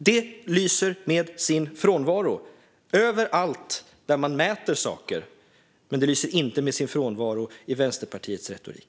Det lyser med sin frånvaro överallt där man mäter saker, men det lyser inte med sin frånvaro i Vänsterpartiets retorik.